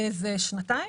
שנתיים.